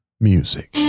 music